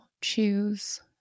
choose